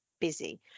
busy